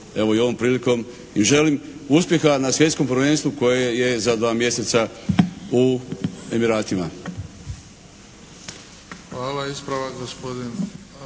evo i ovom prilikom. I želim uspjeha na svjetskom prvenstvu koje je za dva mjeseca u Emiratima.